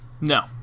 No